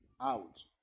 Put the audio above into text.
out